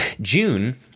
June